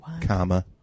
Comma